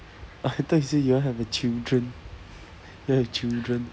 I thought you say you want to have a children you want to have children